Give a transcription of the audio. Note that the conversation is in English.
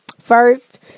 first